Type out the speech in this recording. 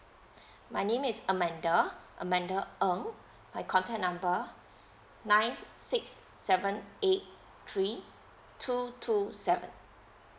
my name is amanda amanda ng my contact number nine six seven eight three two two seven